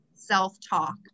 self-talk